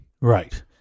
Right